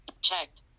checked